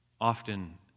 Often